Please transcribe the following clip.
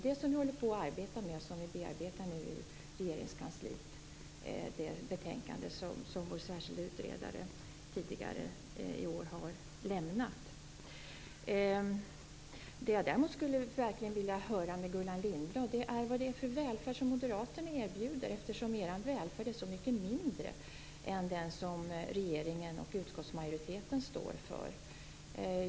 Vi håller nu i Regeringskansliet på att bearbeta det betänkande som vår särskilda utredare tidigare i år har lämnat. Det jag däremot skulle vilja höra av Gullan Lindblad är vilken välfärd moderaterna erbjuder. Er välfärd är ju så mycket mindre än den som regeringen och utskottsmajoriteten står för.